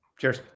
Cheers